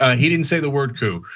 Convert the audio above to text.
ah he didn't say the word coup.